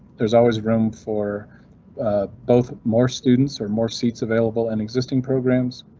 there's always room for both more students or more seats available. an existing programs.